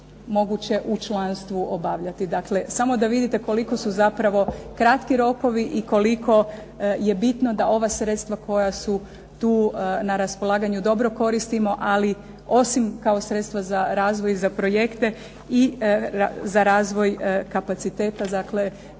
moguće u članstvu obavljati. Dakle, samo da vidite koliko su zapravo kratki rokovi i koliko je bitno da ova sredstva koja su tu na raspolaganju dobro koristimo, ali osim kao sredstva za razvoj i projekte i za razvoj kapaciteta. Dakle,